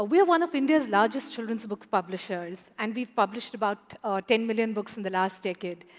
we are one of india's largest children's book publishers, and we've published about ten million books in the last decade.